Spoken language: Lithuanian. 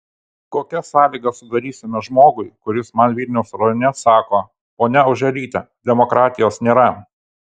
kokias sąlygas sudarysime žmogui kuris man vilniaus rajone sako ponia oželyte demokratijos nėra